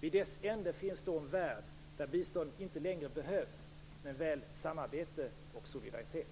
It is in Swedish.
Vid dess ände finns en värld där biståndet inte längre behövs, men väl samarbete och solidaritet.